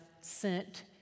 sent